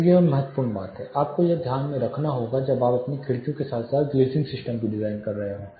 तो यह एक महत्वपूर्ण बात है आपको यह ध्यान रखना होगा जब आप अपनी खिड़कियों के साथ साथ ग्लेज़िंग सिस्टम भी डिज़ाइन कर रहे हों